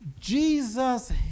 Jesus